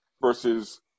versus